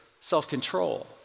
self-control